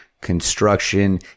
construction